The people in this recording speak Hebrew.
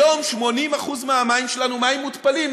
היום 80% מהמים שלנו הם מים מותפלים.